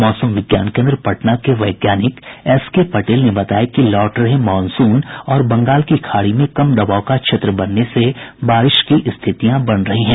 मौसम विज्ञान कोन्द्र पटना के वैज्ञानिक एस के पटेल ने बताया कि लौट रहे मॉनसून और बंगाल की खाड़ी में कम दबाव का क्षेत्र बनने से बारिश की स्थितियां बन रही हैं